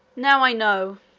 now i know,